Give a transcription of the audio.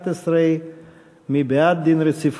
התשע"ב 2011 מי בעד החלת דין רציפות?